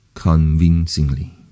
convincingly